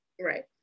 Right